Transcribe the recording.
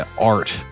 art